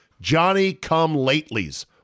Johnny-come-latelys